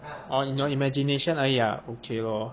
orh in your imagination 而已啊 okay lor